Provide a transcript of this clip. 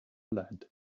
lead